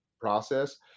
process